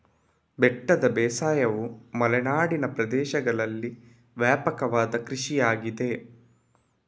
ಬೆಟ್ಟದ ಬೇಸಾಯವು ಮಲೆನಾಡಿನ ಪ್ರದೇಶಗಳಲ್ಲಿ ವ್ಯಾಪಕವಾದ ಕೃಷಿಯಾಗಿದೆ